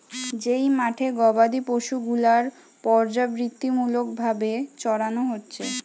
যেই মাঠে গোবাদি পশু গুলার পর্যাবৃত্তিমূলক ভাবে চরানো হচ্ছে